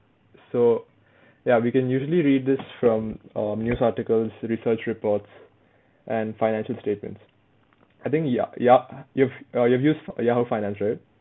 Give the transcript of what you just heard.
so ya we can usually read this from uh news articles research reports and financial statements I think ya ya you've uh you've used uh Yahoo finance right